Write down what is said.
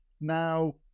Now